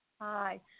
Hi